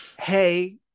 Hey